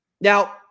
Now